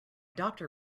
doctor